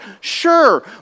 Sure